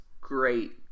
Great